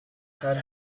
had